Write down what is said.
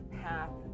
path